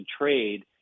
trade